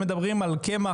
הם מדברים על קמח,